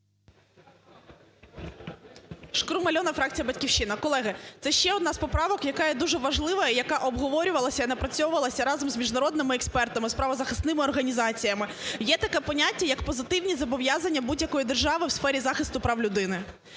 Шкрум Альона, фракція "Батьківщина". Колеги, це ще одна з поправок, яка є дуже важлива і яка обговорювалася, і напрацьовувалася разом з міжнародними експертами, з правозахисними організаціями. Є таке поняття, як позитивні зобов'язання будь-якої держави в сфері захисту прав людини.